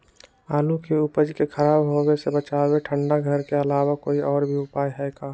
आलू के उपज के खराब होवे से बचाबे ठंडा घर के अलावा कोई और भी उपाय है का?